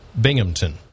Binghamton